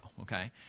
okay